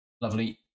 Lovely